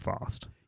fast